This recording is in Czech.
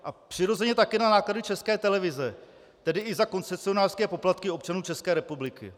A přirozeně také na náklady České televize, tedy i za koncesionářské poplatky občanů České republiky.